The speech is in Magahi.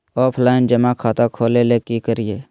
ऑफलाइन जमा खाता खोले ले की करिए?